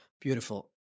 Beautiful